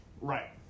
Right